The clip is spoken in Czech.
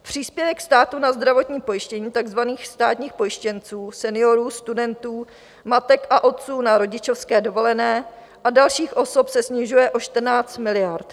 Příspěvek státu na zdravotní pojištění takzvaných státních pojištěnců, seniorů, studentů, matek a otců na rodičovské dovolené a dalších osob, se snižuje o 14 miliard.